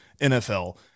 NFL